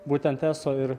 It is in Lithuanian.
būtent eso ir